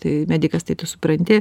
tai medikas tai tu supranti